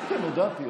כן, כן, הודעתי.